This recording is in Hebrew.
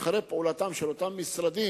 אחר פעולתם של אותם משרדים,